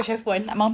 but ya